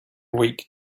week